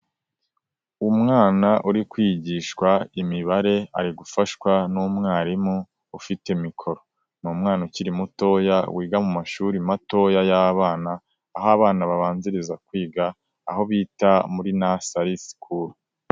Umwana uri kwigishwa imibare ari gufashwa n'umwarimu ufite mikoro ni umwana ukiri mutoya wiga mu mashuri matoya y'abana aho abana babanziriza kwiga aho bita muri nasali.